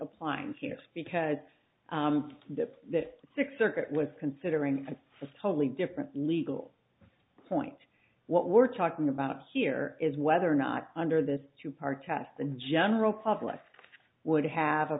applying here because that that six circuit was considering for totally different legal point what we're talking about here is whether or not under this two part test the general public would have a